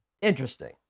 interesting